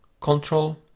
control